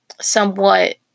somewhat